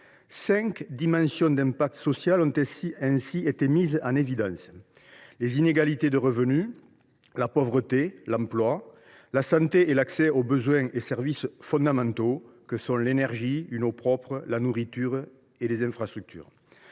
Cinq dimensions d’impact social ont ainsi été mises en évidence : les inégalités de revenus, la pauvreté, l’emploi, la santé et l’accès aux besoins et services fondamentaux que sont l’énergie, une eau propre, la nourriture et les infrastructures.